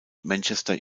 manchester